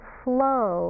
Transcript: flow